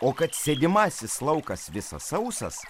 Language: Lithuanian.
o kad sėdimasis laukas visas sausas